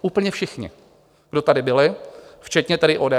Úplně všichni, kdo tady byli, včetně tedy ODS.